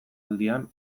aldian